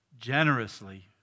generously